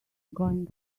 going